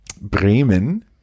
Bremen